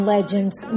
Legends